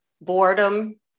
boredom